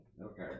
Okay